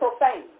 profane